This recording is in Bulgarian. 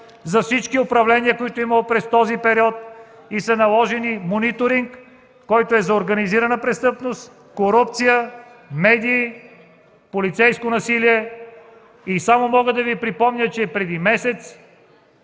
за всички управления, които е имала през този период, и е наложен мониторинг, който е за организирана престъпност, корупция, медии, полицейско насилие. Само мога да Ви припомня, че преди месец